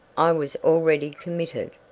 i was already committed.